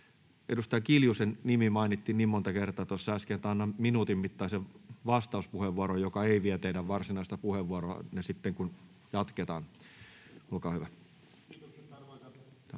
edustaja Kiljusen nimi mainittiin niin monta kertaa tuossa äsken, että annan 1 minuutin mittaisen vastauspuheenvuoron, joka ei vie teidän varsinaista puheenvuoroanne sitten, kun jatketaan. Olkaa hyvä. Kiitos,